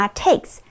takes